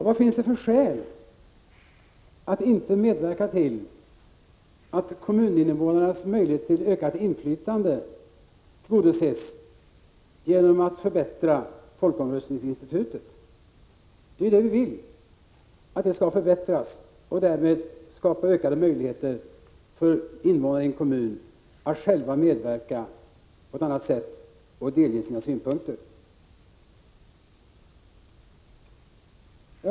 Vad finns det för skäl att inte medverka till att kommuninvånarna får möjlighet till inflytande genom förbättring av folkomröstningsinstitutet? Det är det vi vill. Därmed kan vi skapa ökade möjligheter för invånarna i en kommun att själva medverka på ett annat sätt än nu och få ge sina synpunkter till känna.